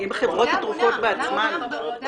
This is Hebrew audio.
אם חברות התרופות בעצמן --- כי זה המונח.